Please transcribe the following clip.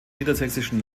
niedersächsischen